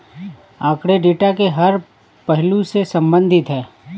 आंकड़े डेटा के हर पहलू से संबंधित है